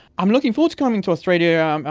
i'm looking forward to coming to australia, um